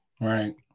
Right